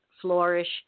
flourish